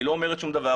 היא לא אומרת שום דבר.